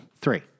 three